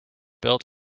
built